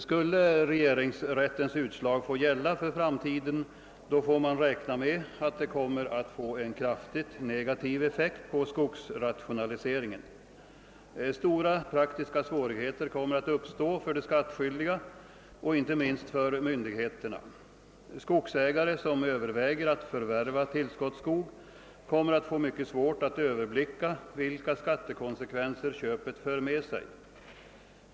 Skulle = taxeringsintendenterna i framtiden anse sig bundna av regeringsrättens utslag får man räkna med en kraftigt negativ effekt på skogsrationaliseringen. Stora praktiska svårigheter kommer att uppstå för de skattskyldiga och inte minst för myndigheterna. Skogsägare som ämnat förvärva tillskottsskog kommer att få mycket svårt att överblicka vilka skattekonsekvenser köpet för med sig.